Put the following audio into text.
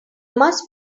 must